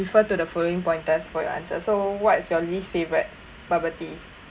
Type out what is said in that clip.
refer to the following pointers for your answer so what is your least favorite bubble tea